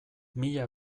mila